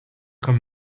come